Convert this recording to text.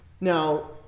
Now